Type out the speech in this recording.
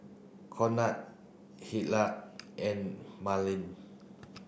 Conard Hillard and Marlen